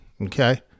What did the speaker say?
Okay